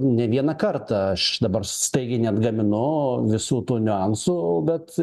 ne vieną kartą aš dabar staigiai neatgaminu visų tų niuansų bet